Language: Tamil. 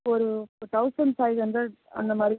ஒரு ஒரு தௌசண்ட் ஃபைவ் ஹண்ட்ரட் அந்த மாதிரி